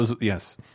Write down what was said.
yes